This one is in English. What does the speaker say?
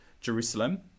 Jerusalem